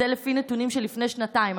וזה לפי נתונים מלפני שנתיים,